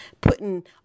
putting